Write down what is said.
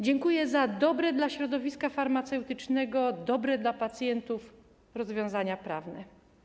Dziękuję za dobre dla środowiska farmaceutycznego, dobre dla pacjentów rozwiązania prawne.